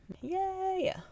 yay